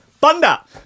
Bunda